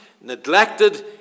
neglected